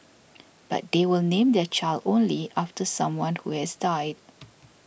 but they will name their child only after someone who has died